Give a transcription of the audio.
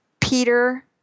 Peter